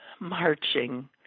marching